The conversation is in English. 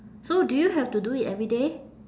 so do you have to do it every day